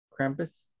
Krampus